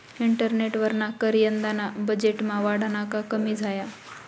इस्टेटवरना कर यंदाना बजेटमा वाढना का कमी झाया?